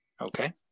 Okay